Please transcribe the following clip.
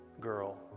girl